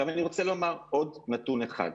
אני רוצה לומר עוד נתון אחד.